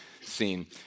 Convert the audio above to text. scene